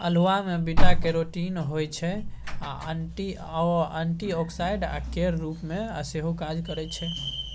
अल्हुआ मे beta carotene होइ छै आ एंटीआक्सीडेंट केर रुप मे सेहो काज करय छै